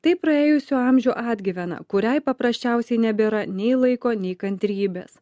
tai praėjusių amžių atgyvena kuriai paprasčiausiai nebėra nei laiko nei kantrybės